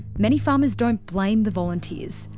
many farmers don't blame the volunteers,